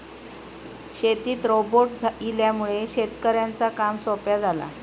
शेतीत रोबोट इल्यामुळे शेतकऱ्यांचा काम सोप्या झाला